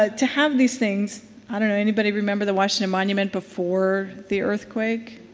ah to have these things i mean anybody remember the washington monument before the earthquake?